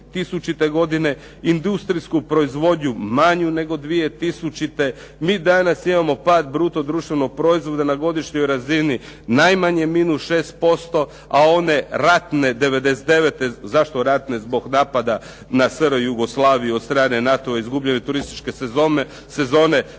2000. godine, industrijsku proizvodnju manju nego 2000. Mi danas imamo pad bruto društvenog proizvoda na godišnjoj razini najmanje minus 6%, a one ratne '99. zašto ratne zbog napada na SR Jugoslaviju od strane NATO-a, izgubljene turističke sezone,